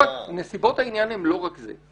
נסיבות העניין הן לא רק זה,